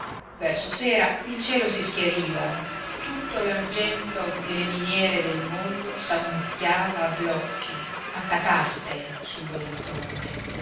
verso sera il cielo si schiariva tutto l'argento delle miniere del mondo s'ammucchiava a blocchi a cataste sull'orizzonte operai